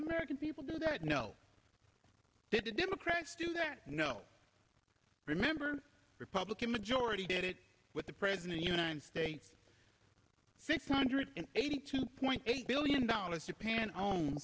american people do that no didn't democrats do that no remember republican majority did it with the present a united states six hundred eighty two point eight billion dollars